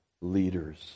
leaders